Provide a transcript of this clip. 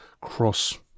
cross